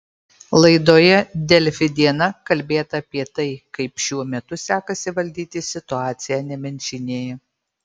laidoje delfi diena kalbėta apie tai kaip šiuo metu sekasi valdyti situaciją nemenčinėje